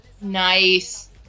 Nice